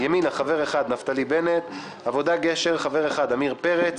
מימינה חבר אחד נפתלי בנט; מהעבודה-גשר חבר אחד עמיר פרץ,